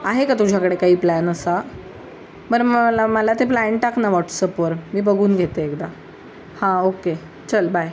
आहे का तुझ्याकडे काही प्लॅन असा बरं मला मला ते प्लॅन टाक ना वॉट्सअपवर मी बघून घेते एकदा हां ओके चल बाय